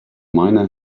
miner